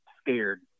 scared